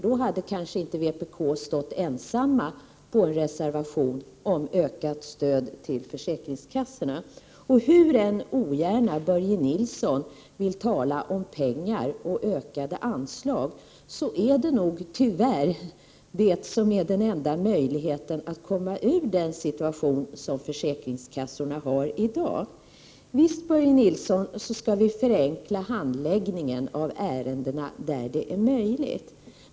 Då hade kanske inte vpk stått ensamt bakom en reservation om ökat stöd till försäkringskassorna. Hur ogärna än Börje Nilsson vill tala om pengar och ökade anslag, är det nog tyvärr den enda möjligheten att komma ur den situation försäkringskassorna har i dag. Visst skall vi förenkla handläggningen av ärendena där det är möjligt, Börje Nilsson.